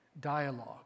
dialogue